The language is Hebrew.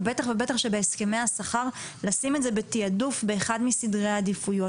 ובטח ובטח שבהסכמי השכר לשים את זה בתיעדוף באחד מסדרי העדיפויות.